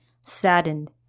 saddened